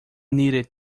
needed